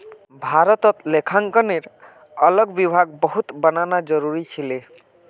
भारतत लेखांकनेर अलग विभाग बहुत बनाना जरूरी छिले